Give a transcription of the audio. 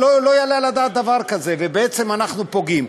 לא יעלה על הדעת דבר כזה, ובעצם אנחנו פוגעים.